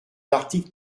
l’article